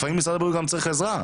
לפעמים משרד הבריאות צריך עזרה.